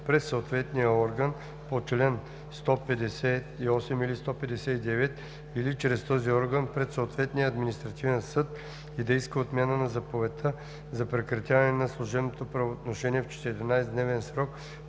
пред съответния орган по чл. 158 или 159 или чрез този орган пред съответния административен съд и да иска отмяна на заповедта за прекратяване на служебното правоотношение в 14-дневен срок